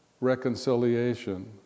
Reconciliation